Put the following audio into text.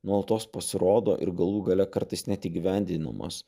nuolatos pasirodo ir galų gale kartais net įgyvendinamos